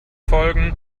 folgen